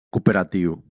cooperatiu